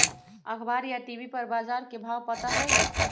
अखबार या टी.वी पर बजार के भाव पता होई?